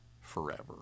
forever